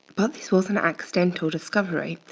but this was an accidental discovery.